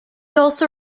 also